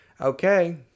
okay